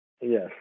yes